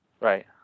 Right